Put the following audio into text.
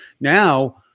now